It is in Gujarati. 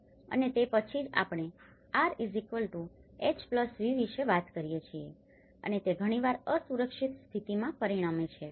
અને તે પછી જ આપણે RHV વિશે વાત કરીએ છીએ અને તે ઘણીવાર અસુરક્ષિત સ્થિતિમાં પરિણમે છે